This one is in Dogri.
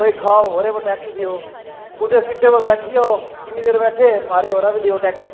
कोई खाओ ओह्दे पर टैक्स देओ कुदै सीटें पर बैठी जाओ किन्नी देर बैठे माराज ओह्दा बी देओ टैक्स